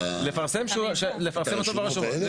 את הרשומות האלה?